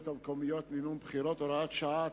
המקומיות (מימון בחירות) (הוראת שעה),